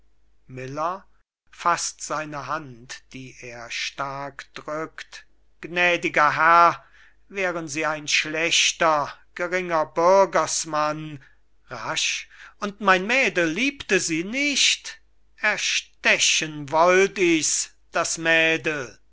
drückt gnädiger herr wären sie ein schlechter geringer bürgersmann rasch und mein mädel liebte sie nicht erstechen wollt ich's das mädel